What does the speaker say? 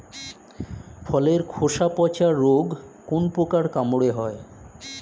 ফলের খোসা পচা রোগ কোন পোকার কামড়ে হয়?